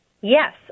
Yes